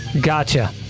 gotcha